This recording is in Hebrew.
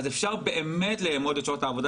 אז אפשר באמת לאמוד את שעות העבודה